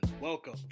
welcome